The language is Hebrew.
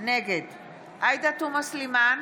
נגד עאידה תומא סלימאן,